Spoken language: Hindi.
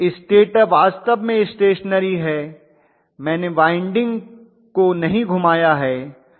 स्टेटर वास्तव में स्टेशनेरी है मैंने वाइंडिंग को नहीं घुमाया है